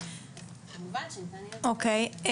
כמובן שניתן --- אוקיי.